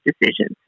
decisions